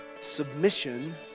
Submission